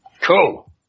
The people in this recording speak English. Cool